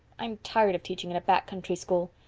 i'm tired of teaching in a back country school.